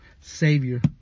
Savior